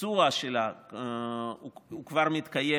הביצוע שלה כבר מתקיים.